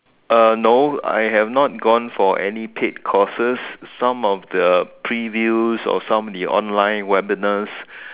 uh no I have not gone for any paid courses some of the previews or some of the online webinars